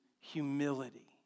humility